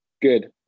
good